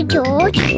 George